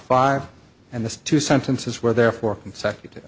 five and the two sentences were therefore consecutive